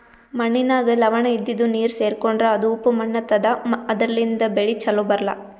ಮಣ್ಣಿನಾಗ್ ಲವಣ ಇದ್ದಿದು ನೀರ್ ಸೇರ್ಕೊಂಡ್ರಾ ಅದು ಉಪ್ಪ್ ಮಣ್ಣಾತದಾ ಅದರ್ಲಿನ್ಡ್ ಬೆಳಿ ಛಲೋ ಬರ್ಲಾ